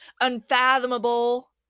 unfathomable